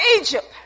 Egypt